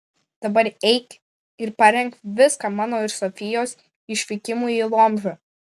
dabar eik ir parenk viską mano ir sofijos išvykimui į lomžą